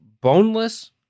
boneless